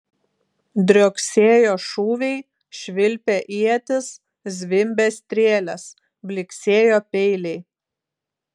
drioksėjo šūviai švilpė ietys zvimbė strėlės blyksėjo peiliai